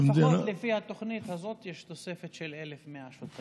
לפחות לפי התוכנית הזאת יש תוספת של 1,100 שוטרים.